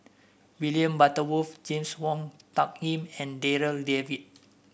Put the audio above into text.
William Butterworth James Wong Tuck Yim and Darryl David